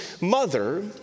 mother